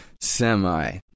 semi